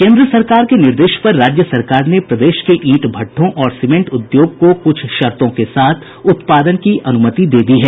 केन्द्र सरकार के निर्देश पर राज्य सरकार ने प्रदेश के ईंट भट्ठों और सीमेंट उद्योग को कुछ शर्तो के साथ उत्पादन की अनुमति दे दी है